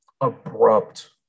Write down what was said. abrupt